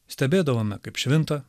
stebėdavome kaip švinta